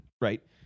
Right